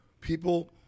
People